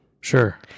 Sure